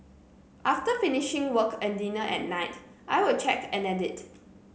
after finishing work and dinner at night I will check and edit